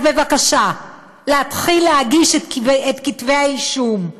אז בבקשה, להתחיל להגיש את כתבי האישום.